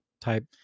type